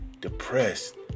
depressed